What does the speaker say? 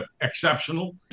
exceptional